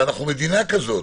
אבל אנחנו מדינה כזאת,